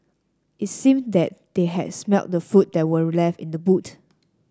it seemed that they had smelt the food that were left in the boot